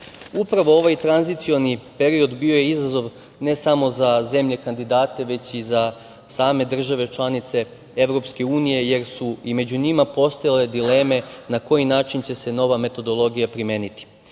ovaj tranzicioni period bio je izazov, ne samo za zemlje kandidate, već i za same države članice EU, jer su i među njima postojale dileme na koji način će se nova metodologija primeniti.